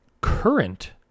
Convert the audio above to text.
current